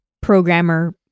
programmer